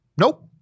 Nope